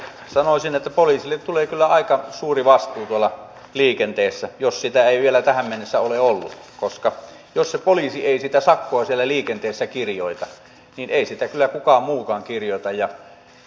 sanoisin että poliisille tulee kyllä aika suuri vastuu tuolla liikenteessä jos sitä ei vielä tähän mennessä ole ollut koska jos se poliisi ei sitä sakkoa siellä liikenteessä kirjoita niin ei sitä kyllä kukaan muukaan kirjoita